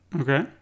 Okay